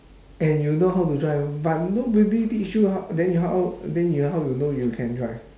and you know how to drive but nobody teach you how then how then you how you know you can drive